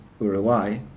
Uruguay